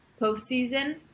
postseason